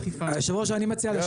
מי בעד